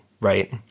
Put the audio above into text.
right